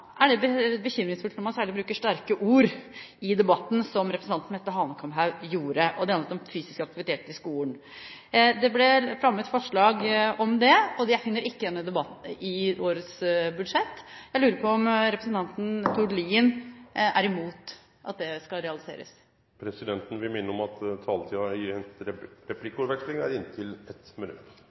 det særlig bekymringsfullt når man bruker sterke ord i debatten, som representanten Mette Hanekamhaug gjorde. Det ble, som sagt, fremmet forslag om mer fysisk aktivitet i skolen, men jeg finner det ikke i årets budsjettforslag. Jeg lurer på om representanten Tord Lien er imot at det skal realiseres? Presidenten vil minne om at taletida i ei replikkordveksling er på inntil 1 minutt.